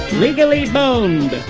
legally boned